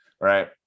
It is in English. Right